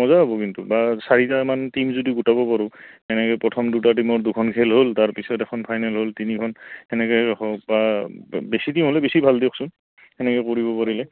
মজা হ'ব কিন্তু বা চাৰিটামান টিম যদি গোটাব পাৰোঁ এনেকে প্ৰথম দুটা টীমৰ দুখন খেল হ'ল তাৰপিছত এখন ফাইনেল হ'ল তিনিখন সেনেকে হওক বা বেছি টিম হ'লে বেছি ভাল দিয়কচোন সেনেকে কৰিব পাৰিলে